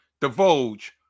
divulge